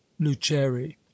luceri